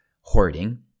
hoarding